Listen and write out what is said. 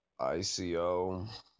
ICO